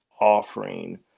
offering